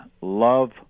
love